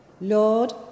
Lord